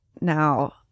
now